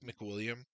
McWilliam